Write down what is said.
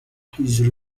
his